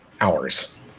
hours